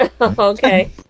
Okay